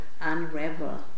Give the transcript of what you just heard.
unravel